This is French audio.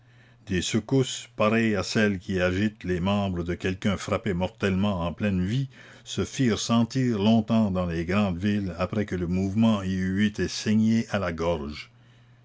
des secousses pareilles à celles qui agitent les membres de quelqu'un frappé mortellement en pleine vie se firent sentir longtemps dans les grandes villes après que le mouvement y eut été saigné à la gorge